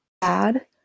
bad